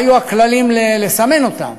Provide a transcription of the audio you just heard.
מה יהיו הכללים לסימון שלהם,